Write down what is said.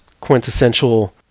quintessential